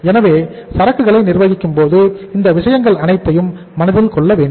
எனவே சரக்குகளை நிர்வகிக்கும் போது இந்த விஷயங்கள் அனைத்தையும் மனதில் கொள்ள வேண்டும்